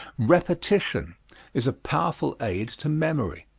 repetition is a powerful aid to memory.